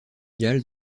galles